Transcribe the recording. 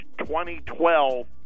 2012